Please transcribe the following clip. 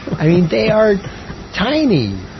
i mean they are tiny.